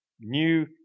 new